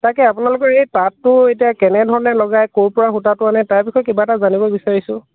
তাকে আপোনালোকৰ এই তাঁতটো এতিয়া কেনেধৰণে লগাই ক'ৰপৰা সূতাটো আনে তাৰ বিষয়ে কিবা এটা জানিব বিচাৰিছোঁ